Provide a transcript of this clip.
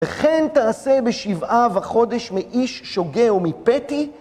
וכן תעשה בשבעה וחודש מאיש שוגה ומפתי.